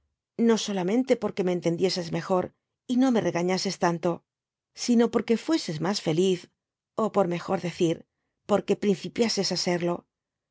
no solamente porque me entendieses mejor y no me regañases tanto sino porque fueses mas feliz ó por mejor decir porque principiasef á serlo